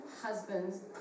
husbands